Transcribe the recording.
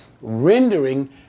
Rendering